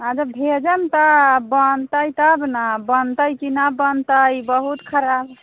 अरे भेजम तऽ बनतै तब ने बनतै कि नहि बनतै ई बहुत खराब